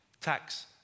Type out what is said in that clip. tax